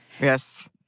yes